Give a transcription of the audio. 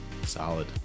solid